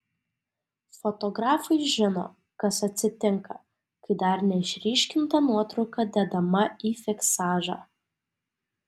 fotografai žino kas atsitinka kai dar neišryškinta nuotrauka dedama į fiksažą